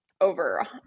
over